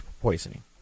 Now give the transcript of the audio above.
poisoning